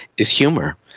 is humour.